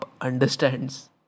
understands